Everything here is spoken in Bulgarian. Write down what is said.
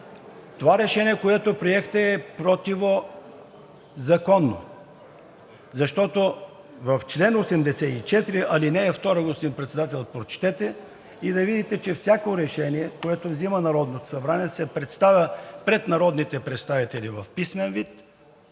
това решение, което приехте, е противозаконно. Защото в чл. 84, ал. 2, господин Председател, прочетете, за да видите, че всяко решение, което взема Народното събрание, се представя пред народните представители в писмен вид